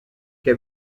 che